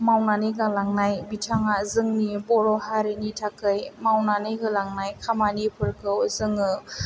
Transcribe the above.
मावनानै गालांनाय बिथाङा जोंनि बर' हारिनि थाखाय मावनानै होलांनाय खामानिफोरखौ जोङो